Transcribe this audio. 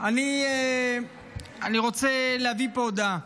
אני רוצה להביא פה הודעה,